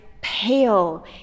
pale